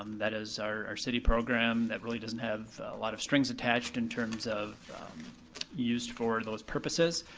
um that is our city program that really doesn't have a lot of strings attached in terms of use for those purposes.